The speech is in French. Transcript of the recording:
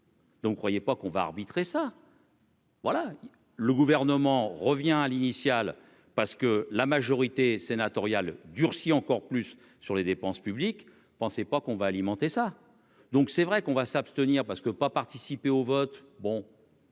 Donc, ne croyait pas qu'on va arbitrer ça. Voilà, le gouvernement revient à l'initiale parce que la majorité sénatoriale durcit encore plus sur les dépenses publiques pensait pas qu'on va alimenter ça, donc c'est vrai qu'on va s'abstenir parce que pas participé au vote, bon.